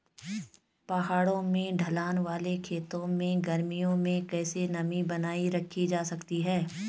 पहाड़ों में ढलान वाले खेतों में गर्मियों में कैसे नमी बनायी रखी जा सकती है?